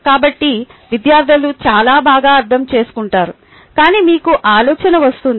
కాబట్టి విద్యార్థులు చాలా బాగా అర్థం చేసుకుంటారు కానీ మీకు ఆలోచన వస్తుంది